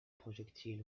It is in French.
projectiles